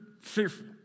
fearful